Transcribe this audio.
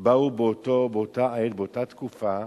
באו באותה העת, באותה תקופה,